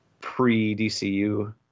pre-DCU